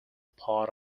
part